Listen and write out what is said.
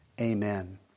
Amen